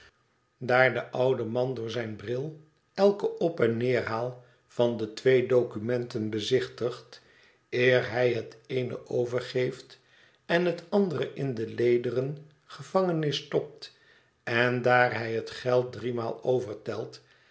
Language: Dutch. daar de oude man door zijn bril eiken op en neerhaal van de twee documenten bezichtigt eer hij het eene overgeeft en het andere in de lederen gevangenis stopt en daar hij het geld driemaal overtelt en